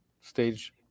stage